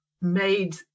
made